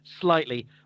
slightly